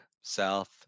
South